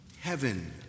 heaven